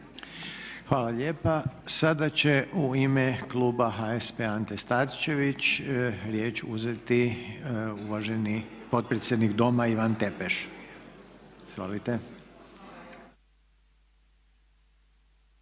Hvala lijepa. Sada će u ime kluba HSP Ante Starčević riječ uzeti uvaženi potpredsjednik Doma Ivan Tepeš. Izvolite.